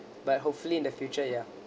but hopefully in the future ya